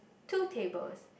two tables